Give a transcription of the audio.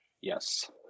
Yes